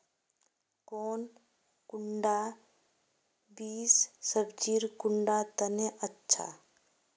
कौन कुंडा बीस सब्जिर कुंडा तने अच्छा?